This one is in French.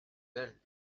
belle